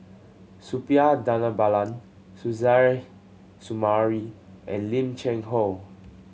Suppiah Dhanabalan Suzairhe Sumari and Lim Cheng Hoe